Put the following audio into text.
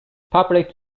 public